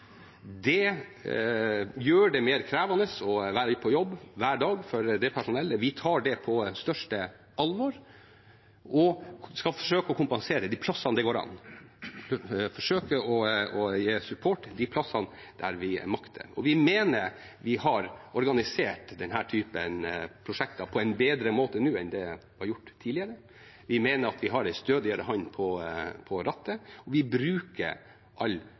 Det gjør det mer krevende å være på jobb, hver dag, for det personellet. Vi tar det på største alvor og skal forsøke å kompensere der det går an. Vi skal forsøke å gi support der vi makter. Vi mener vi har organisert denne typen prosjekter på en bedre måte nå enn det vi har gjort tidligere. Vi mener at vi har en stødigere hånd på rattet, og vi bruker all